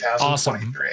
Awesome